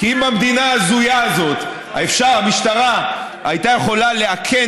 כי במדינה ההזויה הזאת המשטרה הייתה יכולה לאכן